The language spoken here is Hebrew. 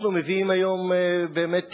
אנחנו מביאים היום באמת תיקון,